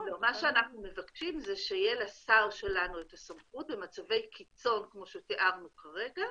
אנחנו מבקשים שתהיה לשר שלנו את הסמכות במצבי קיצון כמו שתיארנו כרגע,